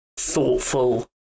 thoughtful